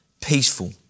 peaceful